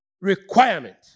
requirement